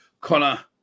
connor